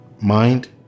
mind